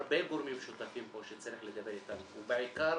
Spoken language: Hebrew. הרבה גורמים שותפים פה שצריך לדבר איתם ובעיקר,